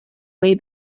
way